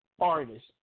artist